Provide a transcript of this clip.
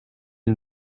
ils